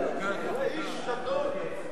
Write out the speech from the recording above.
הסדרנים, בבקשה.